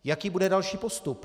Jaký bude další postup?